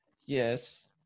Yes